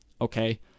okay